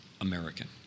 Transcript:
American